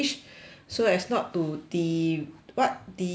so as not to di~ what di~